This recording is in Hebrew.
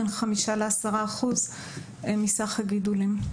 הוא בין 5% ל-10% מסך הגידולים.